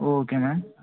okay ma'am